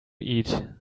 eat